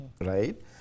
right